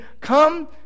come